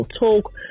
talk